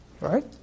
right